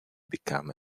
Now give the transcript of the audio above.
become